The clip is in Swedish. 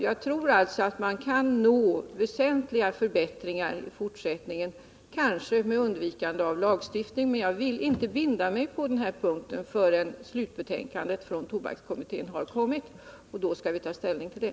Jag tror alltså att man kan uppnå väsentliga förbättringar i fortsättningen, kanske med undvikande av lagstiftning. Men jag vill inte binda mig på den punkten förrän slutbetänkandet från tobakskommittén har kommit. När det föreligger skall vi ta ställning till det.